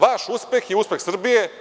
Vaš uspeh je uspeh Srbije.